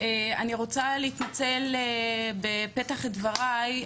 אני רוצה להתנצל בפתח דבריי,